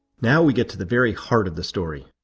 now we get to the very heart of the story.